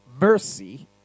mercy